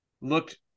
Looked